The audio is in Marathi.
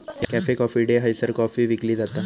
कॅफे कॉफी डे हयसर कॉफी विकली जाता